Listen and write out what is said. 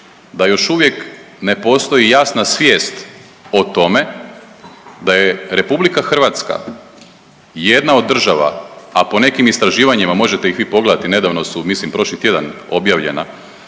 da još uvijek ne postoji jasna svijest o tome da je RH jedna od država, a po nekim istraživanjima možete ih vi pogledati nedavno su, mislim prošli tjedan objavljena.